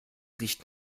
riecht